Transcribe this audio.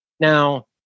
Now